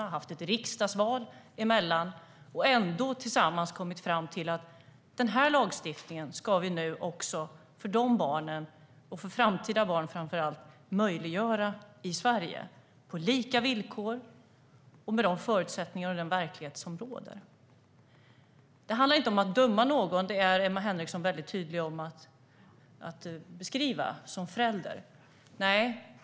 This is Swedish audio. Vi har haft ett riksdagsval emellan och ändå tillsammans kommit fram till den här lagstiftningen, för dessa barn och framför allt för framtida barn, för lika villkor och med de förutsättningar och den verklighet som råder. Det handlar inte om att döma någon. Det är Emma Henriksson som förälder tydlig med att beskriva.